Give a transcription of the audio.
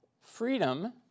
Freedom